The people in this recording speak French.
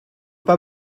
pas